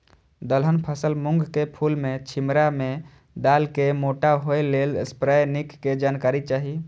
दलहन फसल मूँग के फुल में छिमरा में दाना के मोटा होय लेल स्प्रै निक के जानकारी चाही?